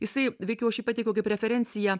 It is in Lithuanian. jisai veikiau aš jį pateikiau kaip referenciją